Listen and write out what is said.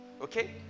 okay